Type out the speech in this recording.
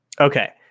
Okay